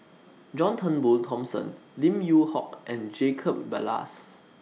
John Turnbull Thomson Lim Yew Hock and Jacob Ballas